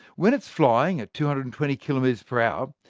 when it's flying at two hundred and twenty kilometres per hour,